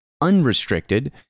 unrestricted